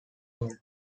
old